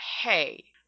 Hey